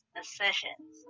decisions